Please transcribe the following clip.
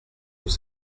vous